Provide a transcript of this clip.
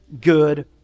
good